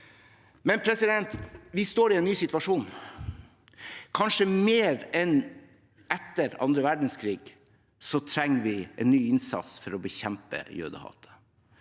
Men vi står i en ny situasjon. Kanskje mer enn etter annen verdenskrig trenger vi en ny innsats for å bekjempe jødehatet.